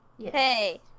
Hey